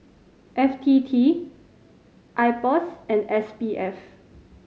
F T T IPOS and S P F